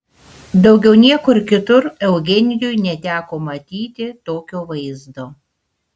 daugiau niekur kitur eugenijui neteko matyti tokio vaizdo